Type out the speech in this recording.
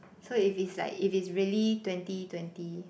so if it's like if it's really twenty twenty